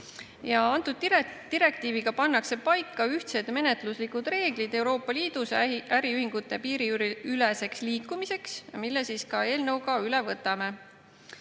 asutama. Direktiiviga pannakse paika ühtsed menetluslikud reeglid Euroopa Liidus äriühingute piiriüleseks liikumiseks ja need me eelnõuga ka üle võtame.